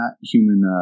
human